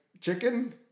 chicken